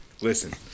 Listen